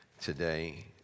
today